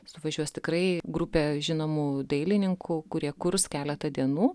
suvažiuos tikrai grupė žinomų dailininkų kurie kurs keletą dienų